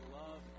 love